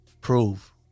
prove